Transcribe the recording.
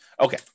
Okay